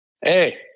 hey